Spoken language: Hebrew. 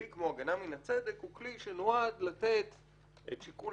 כלי כמו הגנה מן הצדק הוא כלי שנועד לתת את שיקול